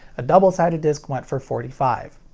a double sided disc went for forty five